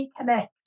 reconnect